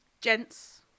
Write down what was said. gents